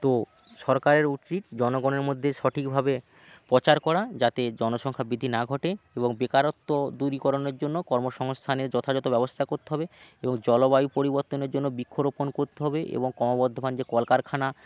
তো সরকারের উচিত জনগণের মধ্যে সঠিকভাবে প্রচার করা যাতে জনসংখ্যা বৃদ্ধি না ঘটে এবং বেকারত্ব দূরীকরণের জন্য কর্মসংস্থানে যথাযথ ব্যবস্থা করতে হবে এবং জলবায়ু পরিবর্তনের জন্য বৃক্ষরোপণ করতে হবে এবং ক্রমবর্ধমান যে কলকারখানা